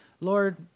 Lord